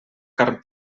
carn